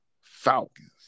Falcons